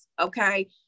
okay